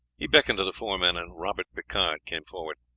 he beckoned to the four men, and robert picard came forward.